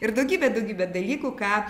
ir daugybę daugybę dalykų ką